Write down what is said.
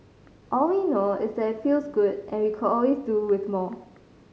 all we know is that it feels good and we could always do with more